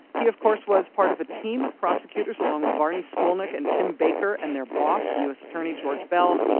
he of course was part of a team of prosecutors along with barney skolnik and tim baker and their boss, the us attorney george beall,